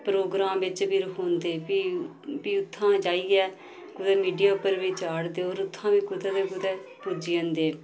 programme बिच्च बी रखोंदे फ्ही फ्ही उत्थां जाइयै कुदै मीडिया उप्पर बी चाढ़दे होर उत्थां बी कुतै ते कुतै पुज्जी जंदे